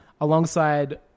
Alongside